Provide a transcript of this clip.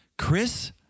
Chris